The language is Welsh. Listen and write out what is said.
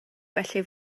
felly